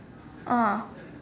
oh